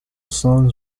songs